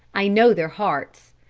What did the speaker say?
i know their hearts.